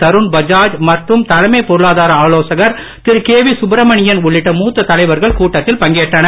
தருண் பஜாஜ் மற்றும் தலைமை பொருளாதார ஆலோசகர் திரு கே வி சுப்பிரமணியன் உள்ளிட்ட மூத்த தலைவர்கள் கூட்டத்தில் பங்கேற்றனர்